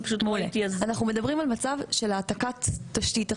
אנחנו מדברים על מצב של העתקת תשתית.